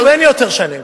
אין יותר שנים.